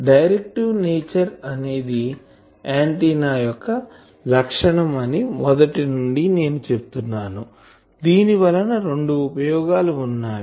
directive nature అనేది antenna యొక్క లక్షణం అని మొదటి నుండి నేను చెప్తున్నాను దీని వలన రెండు ఉపయోగాలు ఉన్నాయి